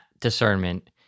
discernment